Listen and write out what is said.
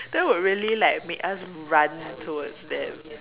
that would really like make us run towards them